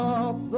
up